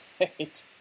right